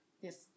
Yes